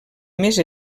més